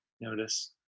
Notice